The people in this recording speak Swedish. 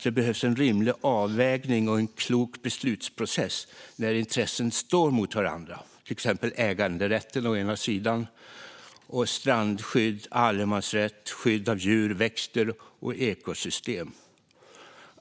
Det behövs en rimlig avvägning och en klok beslutsprocess när intressen står mot varandra, till exempel äganderätten å ena sidan och strandskydd, allemansrätt och skydd av djur, växter och ekosystem å andra sidan.